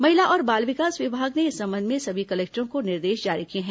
महिला और बाल विकास विभाग ने इस संबंध में सभी कलेक्टरों को निर्देश जारी किए हैं